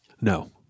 No